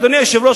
אדוני היושב-ראש,